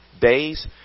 days